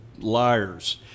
liars